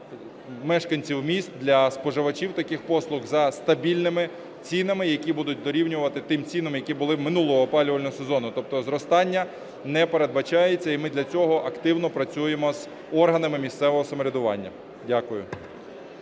для мешканців міст, для споживачів таких послуг за стабільними цінами, які будуть дорівнювати тим цінам, які були минулого опалювального сезону. Тобто зростання не передбачається, і ми для цього активно працюємо з органами місцевого самоврядування. Дякую.